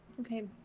okay